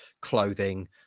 clothing